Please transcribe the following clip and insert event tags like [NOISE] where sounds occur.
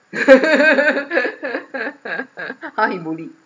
[LAUGHS] how he bully